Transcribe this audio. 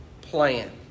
plan